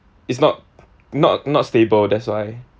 it's not not not stable that's why